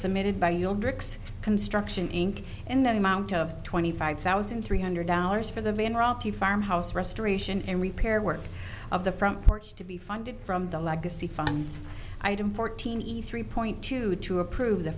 submitted by your drinks construction inc and that amount of twenty five thousand three hundred dollars for the van the farmhouse restoration and repair work of the front porch to be funded from the legacy funds item fourteen e's three point two two approve the